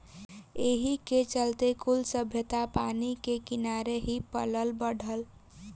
एही के चलते कुल सभ्यता पानी के किनारे ही पलल बढ़ल